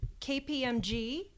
KPMG